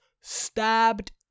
stabbed